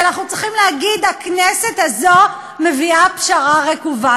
שאנחנו צריכים להגיד: הכנסת הזאת מביאה פשרה רקובה?